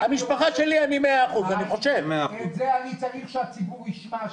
במשפחה שלי אני 100%. את זה אני צריך שהציבור ישמע,